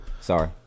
Sorry